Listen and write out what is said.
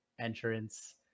entrance